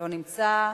לא נמצא,